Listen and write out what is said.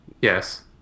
Yes